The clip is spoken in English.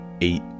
eight